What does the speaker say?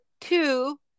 Two